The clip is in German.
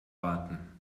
warten